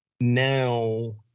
now